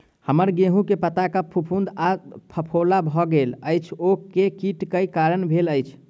हम्मर गेंहूँ केँ पत्ता पर फफूंद आ फफोला भऽ गेल अछि, ओ केँ कीट केँ कारण भेल अछि?